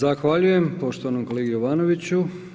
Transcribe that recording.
Zahvaljujem poštovanom kolegi Jovanoviću.